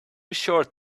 short